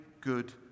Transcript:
good